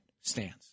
stands